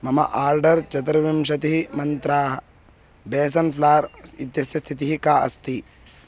मम आर्डर् चतुर्विंशतिः मन्त्राः बेसन् फ़्लार् इत्यस्य स्थितिः का अस्ति